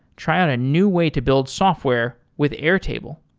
try out a new way to build software with airtable.